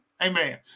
amen